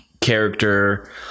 character